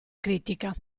critica